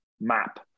map